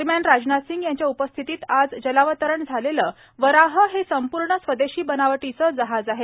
दरम्यान राजनाथसिंह यांच्या उपस्थितीत आज जलावतरण झालेलं वराह हे संपूर्ण स्वदेशी बनावटीचं जहाज आहे